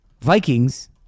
Vikings